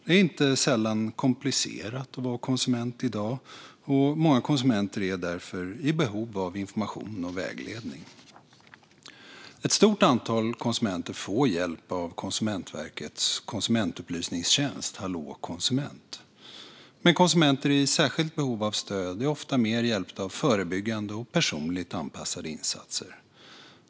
Det är inte sällan komplicerat att vara konsument i dag, och många konsumenter är därför i behov av information och vägledning. Ett stort antal konsumenter får hjälp av Konsumentverkets konsumentupplysningstjänst Hallå konsument. Men konsumenter i särskilt behov av stöd är ofta mer hjälpta av förebyggande och personligt anpassade insatser.